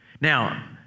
Now